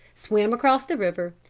swam across the river,